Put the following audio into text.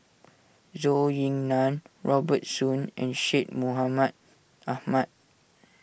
Zhou Ying Nan Robert Soon and Syed Mohamed Ahmed